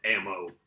ammo